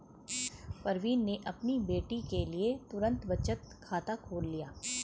प्रवीण ने अपनी बेटी के लिए तुरंत बचत खाता खोल लिया